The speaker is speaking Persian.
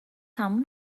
تموم